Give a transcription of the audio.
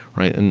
right? and